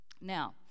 Now